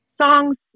songs